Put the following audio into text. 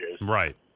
Right